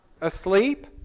asleep